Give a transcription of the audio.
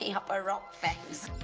yeah up a rock face.